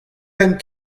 pemp